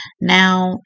Now